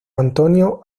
antonio